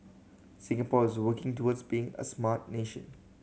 Singapore is working towards being a smart nation